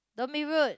don't be rude